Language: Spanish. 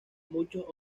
muchos